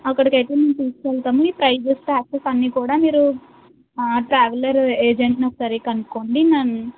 అక్కడికి అయితే మేము తీసుకు వెళ్తాము ఈ ప్రైసెస్ ట్యాక్సెస్ అన్నీ కూడా మీరు ట్రావెల్లర్ ఏజెంట్ని ఒకసారి కనుక్కోండి న